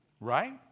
Right